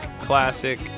classic